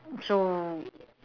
so